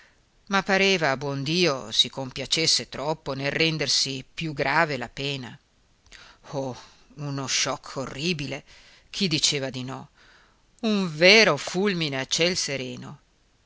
ma pareva buon dio si compiacesse troppo nel rendersi più grave la pena oh uno choc orribile chi diceva di no un vero fulmine a ciel sereno